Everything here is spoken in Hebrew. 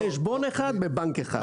בחשבון אחד בבנק אחד.